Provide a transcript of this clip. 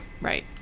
right